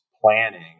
planning